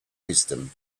wisdom